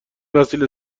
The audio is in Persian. وسیله